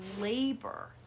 labor